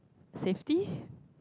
safety